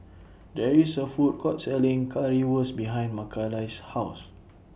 There IS A Food Court Selling Currywurst behind Makaila's House